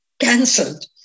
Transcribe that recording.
cancelled